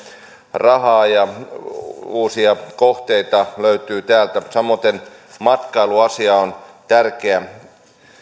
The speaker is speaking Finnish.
rahaa ja uusia kohteita löytyy täältä samoiten matkailuasia on tärkeä